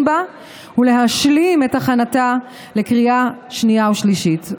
בה ולהשלים את הכנתה לקריאה שנייה ושלישית.